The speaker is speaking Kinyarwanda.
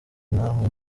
namwe